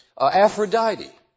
Aphrodite